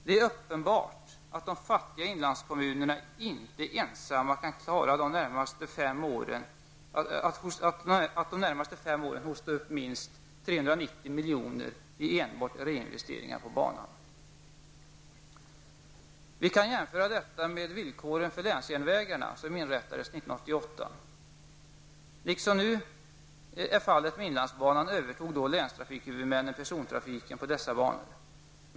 Det är uppenbart att de fattiga inlandskommunerna inte ensamma kan klara att de närmaste fem åren hosta upp minst 390 miljoner i enbart reinvesteringar på banan. Vi kan jämföra detta med villkoren för länsjärnvägarna, som inrättades 1988. Liksom nu är fallet med inlandsbanan övertog då länstrafikhuvudmännen persontrafiken på dessa banor.